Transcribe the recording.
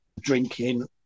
drinking